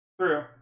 True